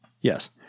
Yes